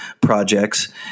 projects